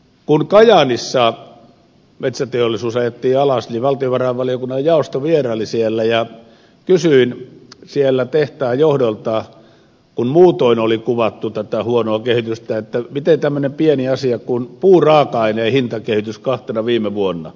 kun kajaanissa metsäteollisuus ajettiin alas niin valtiovarainvaliokunnan jaosto vieraili siellä ja kysyin tehtaan johdolta kun muutoin oli kuvattu tätä huonoa kehitystä miten on tämmöinen pieni asia kuin puuraaka aineen hintakehitys kahtena viime vuonna